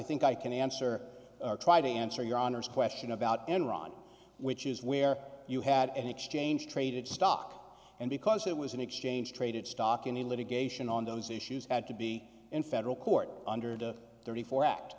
think i can answer or try to answer your honor's question about enron which is where you had an exchange traded stock and because it was an exchange traded stock in the litigation on those issues had to be in federal court under the thirty four act